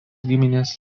giminės